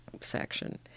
section